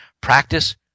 practice